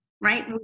right